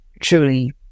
truly